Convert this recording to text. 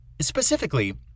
Specifically